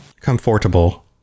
comfortable